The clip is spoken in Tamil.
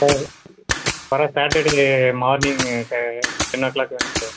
ஆ வர Saturday morning ten o'clock வேணும் சார்